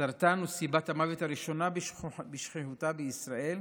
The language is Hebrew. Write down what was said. סרטן הוא סיבת המוות הראשונה בשכיחותה בישראל,